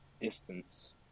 distance